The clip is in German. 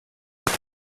ist